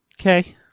okay